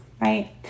right